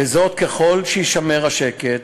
וזאת ככל שיישמר השקט